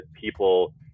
people